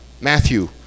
Matthew